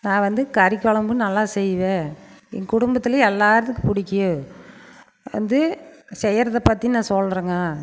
நான் வந்து கறிக்குழம்பு நல்லா செய்வேன் என் குடும்பத்தில் எல்லோருக்கும் பிடிக்கும் வந்து செய்றத பற்றி நான் சொல்றேங்க